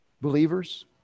Believers